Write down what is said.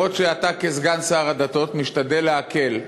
אף שאתה, כסגן שר הדתות, משתדל להקל,